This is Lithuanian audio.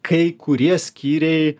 kai kurie skyriai